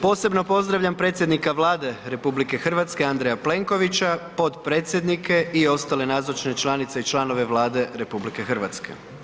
Posebno pozdravljam predsjednika Vlade RH Andreja Plenkovića, potpredsjednike i ostale nazočne članice i članove Vlade RH.